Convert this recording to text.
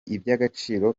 iby’agaciro